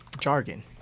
Jargon